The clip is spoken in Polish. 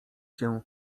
się